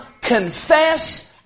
confess